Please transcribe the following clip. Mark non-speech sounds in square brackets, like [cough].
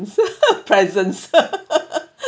[laughs] presence